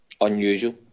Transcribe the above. unusual